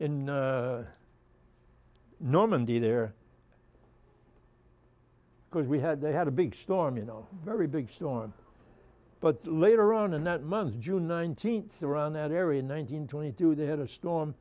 in normandy there because we had they had a big storm you know very big storm but later on in that month june nineteenth around that area one hundred twenty two they had a storm